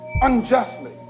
unjustly